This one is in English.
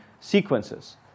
sequences